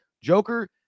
Joker